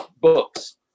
books